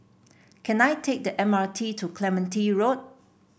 can I take the M R T to Clementi Road